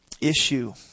issue